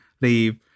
Leave